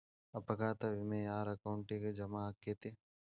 ಅಪಘಾತ ವಿಮೆ ಯಾರ್ ಅಕೌಂಟಿಗ್ ಜಮಾ ಆಕ್ಕತೇ?